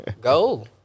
go